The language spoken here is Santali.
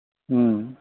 ᱦᱮᱸ